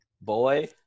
boy